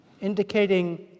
indicating